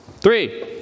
Three